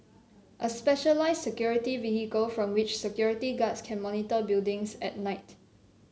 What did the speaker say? a specialised security vehicle from which security guards can monitor buildings at night